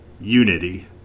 Unity